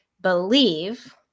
believe